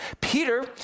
Peter